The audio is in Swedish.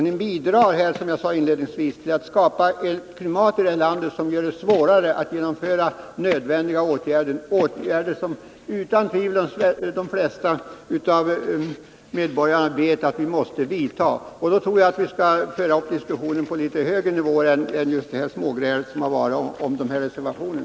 Ni bidrar, som jag inledningsvis sade, till att skapa ett klimat i detta land som gör det svårare att genomföra nödvändiga åtgärder, åtgärder som utan tvivel de flesta medborgare vet att vi måste vidta. Jag tror att vi skall föra upp diskussionen på en något högre nivå i förhållande till det smågräl som här har förekommit om reservationer.